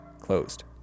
closed